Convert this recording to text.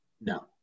No